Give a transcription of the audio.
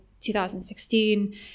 2016